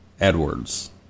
Edwards